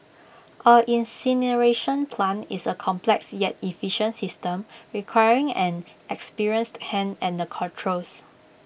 an incineration plant is A complex yet efficient system requiring an experienced hand at the controls